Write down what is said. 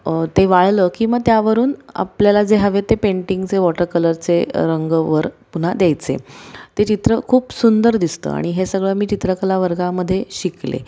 ते वाळलं की मग त्यावरून आपल्याला जे हवे ते पेंटिंगचे वॉटर कलरचे रंग वर पुन्हा द्यायचे ते चित्र खूप सुंदर दिसतं आणि हे सगळं मी चित्रकला वर्गामध्ये शिकले